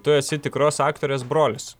tu esi tikros aktorės brolis